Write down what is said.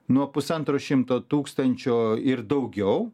nuo pusantro šimto tūkstančio ir daugiau